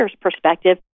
perspective